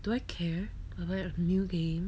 do I care of that new game